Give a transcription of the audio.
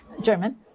German